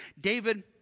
David